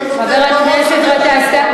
חבר הכנסת גטאס,